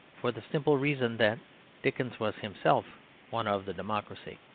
for the simple reason that dickens was himself one of the democracy.